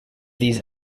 these